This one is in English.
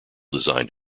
designed